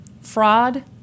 fraud